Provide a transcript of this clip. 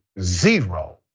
zero